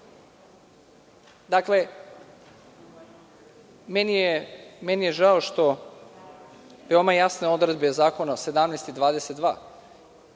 glasao. Dakle, meni je žao što veoma jasne odredbe zakona 17.